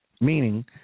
meaning